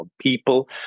people